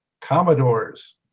Commodores